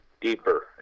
deeper